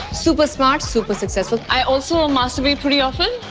super smart, super successful. i also ah masturbate pretty often.